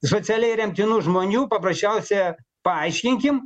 socialiai remtinų žmonių paprasčiausia paaiškinkim